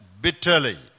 bitterly